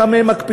כמה הן מקפידות,